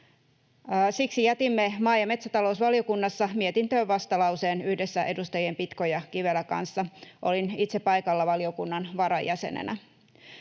Siksi jätimme maa‑ ja metsätalousvaliokunnassa mietintöön vastalauseen yhdessä edustajien Pitko ja Kivelä kanssa. Olin itse paikalla valiokunnan varajäsenenä.